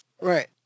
Right